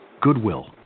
Goodwill